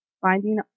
finding